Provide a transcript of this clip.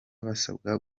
basabwa